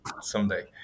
someday